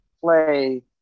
play